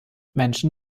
menschen